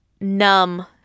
numb